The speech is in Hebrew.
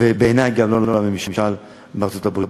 ובעיני גם לא לממשל בארצות-הברית.